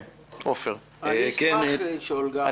אני אשמח לשאול גם.